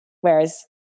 Whereas